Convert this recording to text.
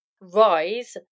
rise